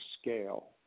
scale